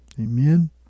Amen